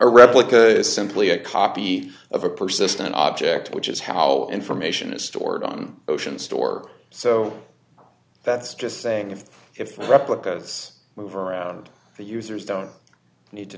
a replica is simply a copy of a persistent object which is how information is stored on ocean store so that's just saying if if replicas move around the users don't need to